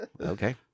Okay